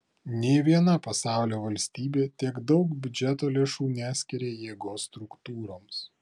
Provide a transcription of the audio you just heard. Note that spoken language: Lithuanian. nė viena pasaulio valstybė tiek daug biudžeto lėšų neskiria jėgos struktūroms